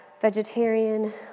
vegetarian